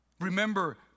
Remember